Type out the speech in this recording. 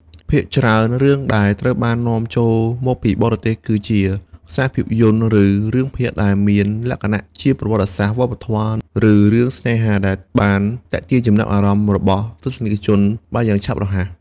ភាគច្រើន រឿងដែលត្រូវបាននាំចូលមកពីបរទេសគឺជាខ្សែភាពយន្តឬរឿងភាគដែលមានលក្ខណៈជាប្រវត្តិសាស្រ្ត វប្បធម៌ ឬរឿងស្នេហាដែលបានទាក់ទាញចំណាប់អារម្មណ៍របស់ទស្សនិកជនបានយ៉ាងឆាប់រហ័ស។